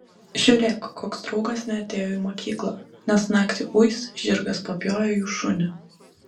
žiūrėk koks draugas neatėjo į mokyklą nes naktį uis žirgas papjovė jų šunį